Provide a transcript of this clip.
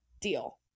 deal